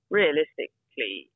realistically